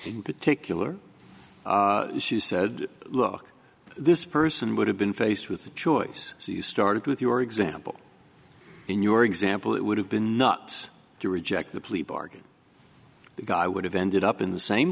in particular said look this person would have been faced with a choice so you started with your example in your example it would have been nuts to reject the plea bargain the guy would have ended up in the same